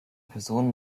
person